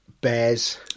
Bears